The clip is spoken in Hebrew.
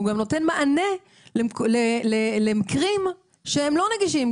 והוא גם נותן מענה למקרים שהם לא נגישים.